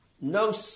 no